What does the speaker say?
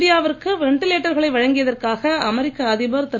இந்தியாவிற்கு வென்டிலேட்டர்களை வழங்கியதற்காக அமெரிக்க அதிபர் திரு